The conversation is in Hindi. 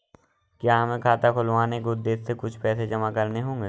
क्या हमें खाता खुलवाने के उद्देश्य से कुछ पैसे जमा करने होंगे?